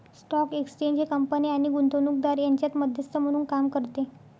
stock exchange हे कंपन्या आणि गुंतवणूकदार यांच्यात मध्यस्थ म्हणून काम करते